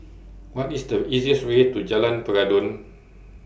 What IS The easiest Way to Jalan Peradun